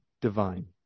divine